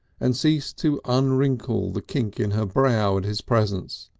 and ceased to unwrinkle the kink in her brow at his presence,